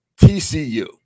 TCU